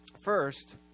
First